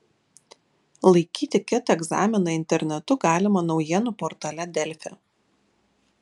laikyti ket egzaminą internetu galima naujienų portale delfi